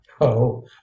Oh